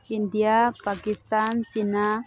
India Pakistan China